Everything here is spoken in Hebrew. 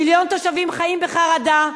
מיליון תושבים חיים בחרדה,